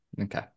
Okay